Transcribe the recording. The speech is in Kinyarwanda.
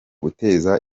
guteza